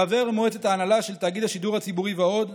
חבר מועצת ההנהלה של תאגיד השידור הציבורי ועוד.